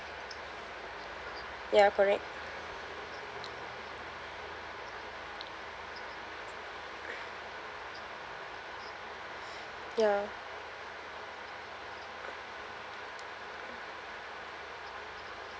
ya correct ya